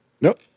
Nope